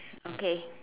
okay